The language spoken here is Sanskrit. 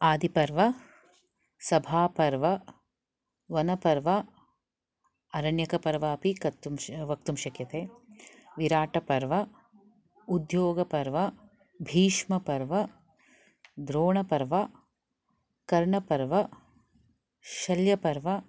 आदिपर्व सभापर्व वनपर्व अरण्यकपर्वापि कर्तुं वक्तुं शक्यते विराटपर्व उद्योगपर्व भीष्मपर्व द्रोणपर्व कर्णपर्व शल्यपर्व